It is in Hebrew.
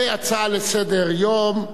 כהצעה לסדר-היום,